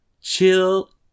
chill